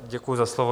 Děkuji za slovo.